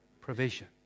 provision